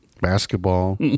Basketball